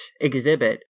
exhibit